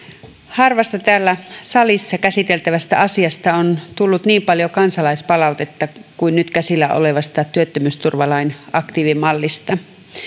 harvasta täällä salissa käsiteltävästä asiasta on tullut niin paljon kansalaispalautetta kuin nyt käsillä olevasta työttömyysturvalain aktiivimallista